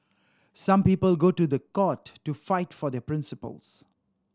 some people go to the court to fight for their principles